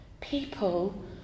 People